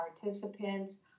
participants